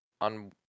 On